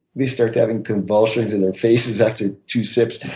they start having convulsions in their faces after two sips.